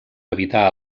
evitar